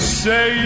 say